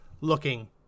looking